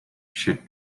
should